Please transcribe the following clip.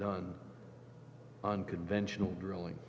done on conventional drilling